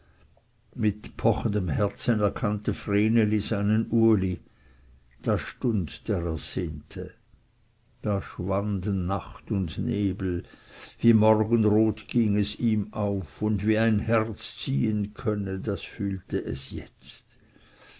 mit pochendem herzen er kannte vreneli seinen uli da stund der ersehnte da schwanden nacht und nebel wie morgenrot ging es ihm auf und wie ein herz ziehen könne das fühlte es jetzt